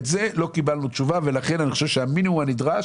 על זה לא קיבלנו תשובה ולכן אני חושב שהמינימום הנדרש